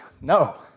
No